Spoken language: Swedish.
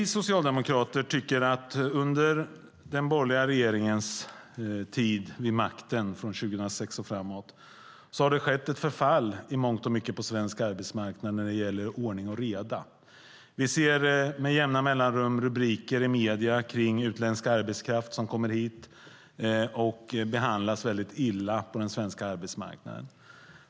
Vi socialdemokrater tycker att det under den borgerliga regeringens tid vid makten, från 2006 och framåt, i mångt och mycket har skett ett förfall på svensk arbetsmarknad när det gäller ordning och reda. Med jämna mellanrum ser vi rubriker i medier om utländsk arbetskraft som kommer hit och behandlas mycket illa på den svenska arbetsmarknaden.